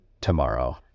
tomorrow